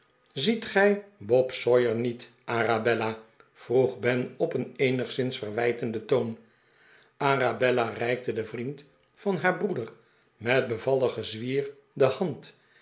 ziet gij bob sawyer niet arabella vroeg ben op een eenigszins verwijtenden toon arabella reikte den vriend van haar broeder met bevalligen zwier de hand